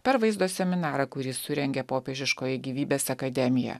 per vaizdo seminarą kurį surengė popiežiškoji gyvybės akademija